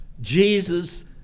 Jesus